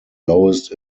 lowest